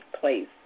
place